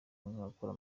ngakora